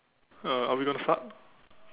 uh are we going to start